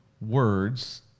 words